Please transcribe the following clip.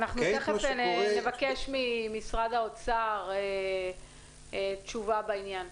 אנחנו תכף נבקש ממשרד האוצר תשובה בעניין.